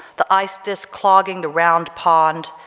the ice disk clogging the round pond,